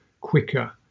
quicker